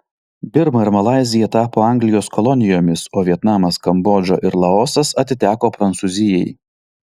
birma ir malaizija tapo anglijos kolonijomis o vietnamas kambodža ir laosas atiteko prancūzijai